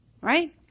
Right